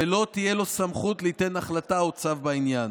ולא תהיה לו סמכות ליתן החלטה או צו בעניין.